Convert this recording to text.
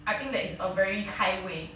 I think that it's a very highway